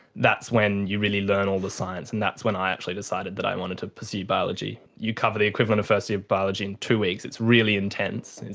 that's when you really learn all the science and that's when i actually decided that i wanted to pursue biology. you cover the equivalent of first-year biology in two weeks, it's really intense.